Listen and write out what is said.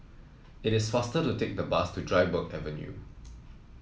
it is faster to take the bus to Dryburgh Avenue